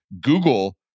Google